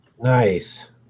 Nice